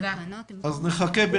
נחכה.